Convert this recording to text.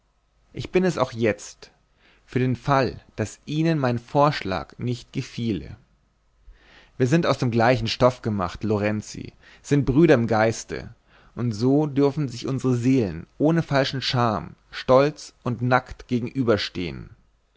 ich bin es auch jetzt für den fall daß ihnen mein vorschlag nicht gefiele wir sind aus gleichem stoff gemacht lorenzi sind brüder im geiste und so dürfen sich unsre seelen ohne falsche scham stolz und nackt gegenüberstehen